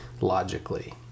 logically